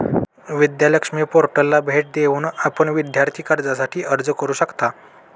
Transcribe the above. विद्या लक्ष्मी पोर्टलला भेट देऊन आपण विद्यार्थी कर्जासाठी अर्ज करू शकता